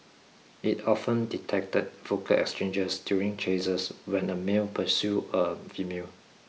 it often detected vocal exchanges during chases when a male pursue a female